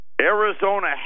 Arizona